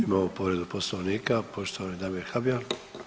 Imamo povredu poslovnika poštovani Damir Habijan.